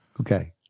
Okay